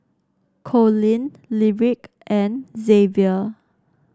Collin Lyric and Xavier